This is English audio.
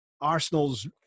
Arsenal's